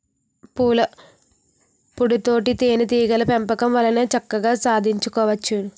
పూలపుప్పొడి తేనే టీగల పెంపకం వల్లనే చక్కగా సాధించుకోవచ్చును